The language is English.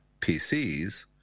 PCs